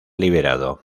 liberado